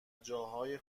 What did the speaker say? جاهای